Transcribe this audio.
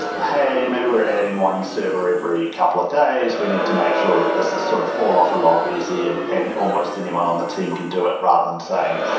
hey, maybe we're adding one server every couple of days. we need to make sure that this is sort of falloff a lot easy and and almost anyone on the team can do it, rather than saying,